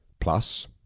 plus